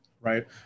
Right